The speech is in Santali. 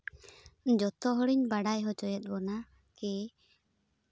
ᱡᱚᱛᱚ ᱦᱚᱲᱤᱧ ᱵᱟᱰᱟᱭ ᱦᱚᱪᱚᱭᱮᱫ ᱵᱚᱱᱟ ᱠᱤ